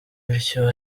bityo